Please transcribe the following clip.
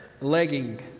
legging